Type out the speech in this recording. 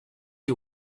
you